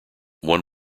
one